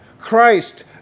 Christ